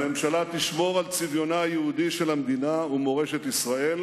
הממשלה תשמור על צביונה היהודי של המדינה ומורשת ישראל